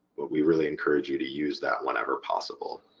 but we really encourage you to use that whenever possible.